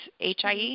HIE